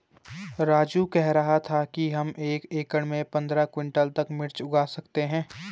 राजू कह रहा था कि हम एक एकड़ में पंद्रह क्विंटल तक मिर्च उगा सकते हैं